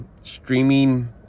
streaming